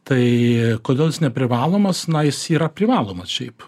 tai kodėl jis neprivalomas na jis yra privalomas šiaip